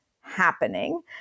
happening